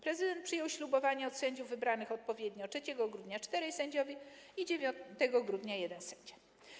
Prezydent przyjął ślubowanie od sędziów wybranych odpowiednio 3 grudnia - 4 sędziowie i 9 grudnia - 1 sędzia.